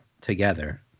together